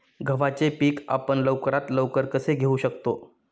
गव्हाचे पीक आपण लवकरात लवकर कसे घेऊ शकतो?